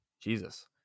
Jesus